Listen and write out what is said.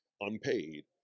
unpaid